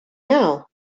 now